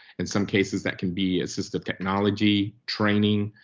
in some cases, that can be assistive technology training.